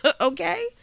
okay